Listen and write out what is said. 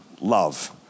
Love